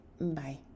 Bye